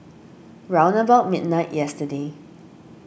round about midnight yesterday